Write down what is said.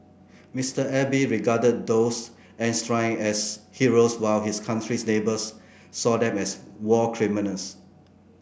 Mr Abe regarded those enshrined as heroes while his country's neighbours saw them as war criminals